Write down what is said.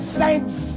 saints